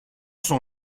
son